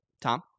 Tom